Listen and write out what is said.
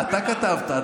אתה כתבת.